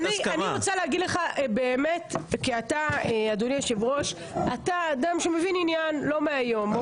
אני רוצה להגיד לך כי אתה אדוני היושב ראש אדם שמבין עניין לא מהיום.